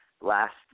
last